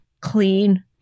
clean